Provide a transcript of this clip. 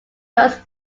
was